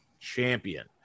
champion